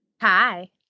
Hi